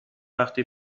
وقتی